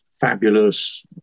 fabulous